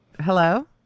Hello